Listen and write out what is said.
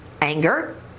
anger